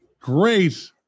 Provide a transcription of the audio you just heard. great